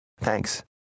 Thanks